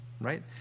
right